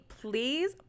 Please